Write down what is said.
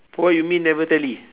what you mean never tally